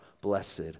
blessed